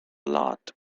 lot